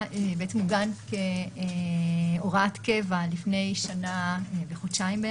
עוגן כהוראת קבע לפני כשנה וחודשיים.